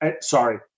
sorry